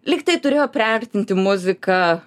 lygtai turėjo priartinti muziką